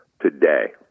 Today